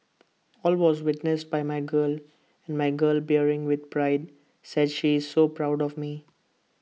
all was witnessed by my girl and my girl bearing with pride said she is so proud of me